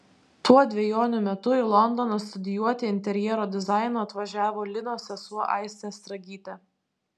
tuo dvejonių metu į londoną studijuoti interjero dizaino atvažiavo linos sesuo aistė stragytė